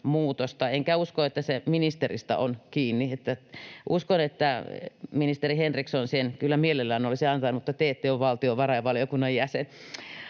enkä usko, että se ministeristä on kiinni. Uskon, että ministeri Henriksson sen kyllä mielellään olisi antanut — mutta te ette ole valtiovarainvaliokunnan jäsen.